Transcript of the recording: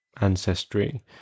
ancestry